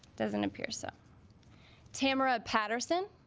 doesn't appear so tamra patterson